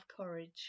courage